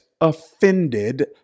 offended